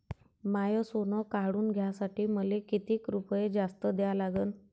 माय सोनं काढून घ्यासाठी मले कितीक रुपये जास्त द्या लागन?